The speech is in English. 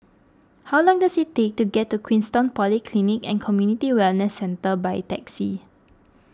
how long does it take to get to Queenstown Polyclinic and Community Wellness Centre by taxi